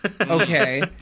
Okay